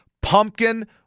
pumpkin